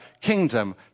kingdom